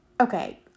Okay